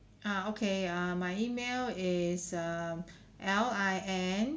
uh okay uh my email is um L I N